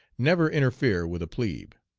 never interfere with a plebe.